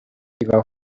ibaho